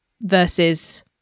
versus